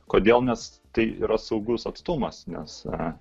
kodėl nes tai yra saugus atstumas nes